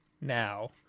now